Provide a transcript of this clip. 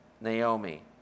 Naomi